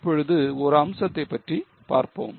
இப்பொழுது ஒரு அம்சத்தை பற்றி பார்ப்போம்